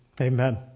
amen